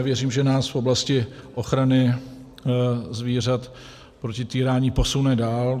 Věřím, že nás v oblasti ochrany zvířat proti týrání posune dál.